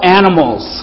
animals